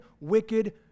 wicked